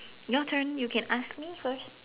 your turn you can ask me first